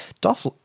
Dolph